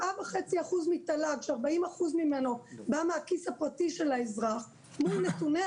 7.5% מתל"ג ש-40% ממנו בא מהכיס הפרטי של האזרח מול נתוני